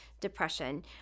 depression